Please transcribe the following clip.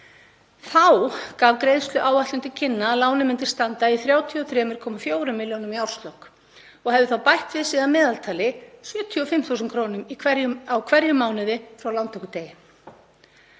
Þá gaf greiðsluáætlun til kynna að lánið myndi standa í 33,4 milljónum í árslok og hefði þá bætt við sig að meðaltali 75.000 kr. á hverjum mánuði frá lántökudegi.